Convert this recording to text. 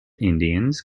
indians